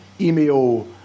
email